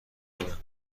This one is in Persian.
میگویند